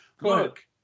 look